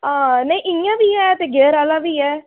हां नेईं इ'यां बी है ते गेअर आह्ला बी ऐ